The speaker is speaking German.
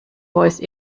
voice